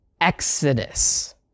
exodus